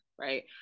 right